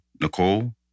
Nicole